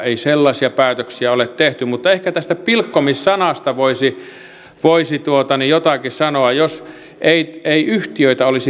ei sellaisia päätöksiä ole tehty mutta ehkä tästä pilkkomis sanasta voisi jotakin sanoa jos heitä ei yhtiötä olisi